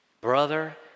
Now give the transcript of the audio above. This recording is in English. brother